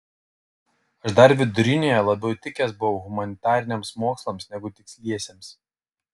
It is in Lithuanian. aš dar vidurinėje labiau tikęs buvau humanitariniams mokslams negu tiksliesiems